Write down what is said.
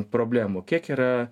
problemų kiek yra